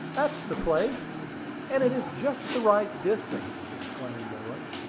that's the place and it is just the right distance! exclaimed owen.